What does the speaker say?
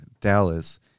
Dallas